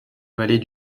vallée